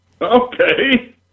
Okay